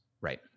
right